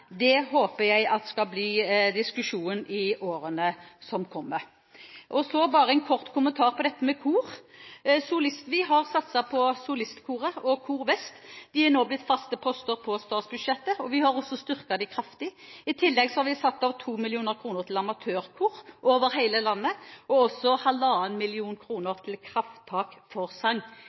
Det håper jeg skal bli diskusjonen i årene som kommer. Så bare en kort kommentar til dette med kor. Vi har satset på Det Norske Solistkor og Kor Vest. De er nå blitt faste poster på statsbudsjettet, og vi har styrket bevilgningene kraftig. I tillegg har vi satt av 2 mill. kr til amatørkor over hele landet og også 1,5 mill. kr til Krafttak for sang.